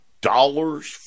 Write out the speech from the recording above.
dollars